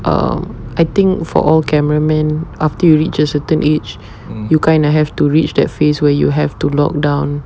um I think for all cameraman after you reach a certain age you kinda have to reach that phase where you have to lock down